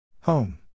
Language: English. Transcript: Home